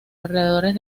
alrededores